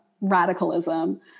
radicalism